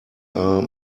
are